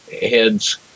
heads